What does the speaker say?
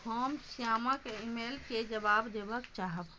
हम श्यामक ईमेलके जवाब देबय चाहब